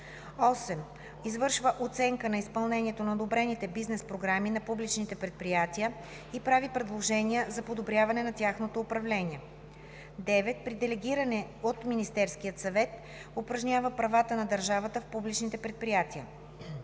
8. извършва оценка на изпълнението на одобрените бизнес програми на публичните предприятия и прави предложения за подобряване на тяхното управление; 9. при делегиране от Министерския съвет упражнява правата на държавата в публични предприятия;